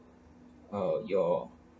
uh your